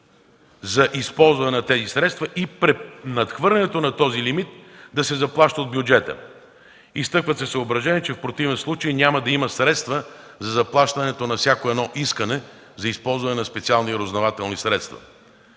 за използването на тези средства и при надхвърлянето на този лимит да се заплаща от бюджета. Изтъкват се съображения, че в противен случай няма да има средства за заплащането на всяко искане за използването на специални разузнавателни средства.